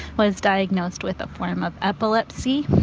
was diagnosed with a form of epilepsy.